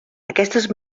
aquestes